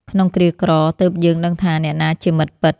ក្នុងគ្រាក្រ ទើបយើងដឹងថាអ្នកណាជាមិត្តពិត។